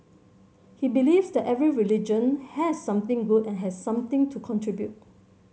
he believes that every religion has something good and has something to contribute